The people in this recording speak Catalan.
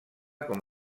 com